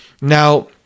now